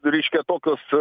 reiškia tokius